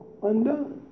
Undone